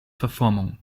verformung